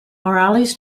morales